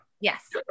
Yes